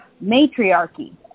matriarchy